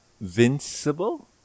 Invincible